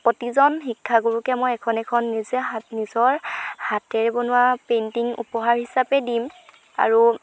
প্ৰতিজন শিক্ষাগুৰুকে মই এখন এখন নিজে হাত নিজৰ হাতেৰে বনোৱা পেইন্টিং উপহাৰ হিচাপে দিম আৰু